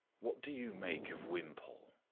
what do you make of wimpole?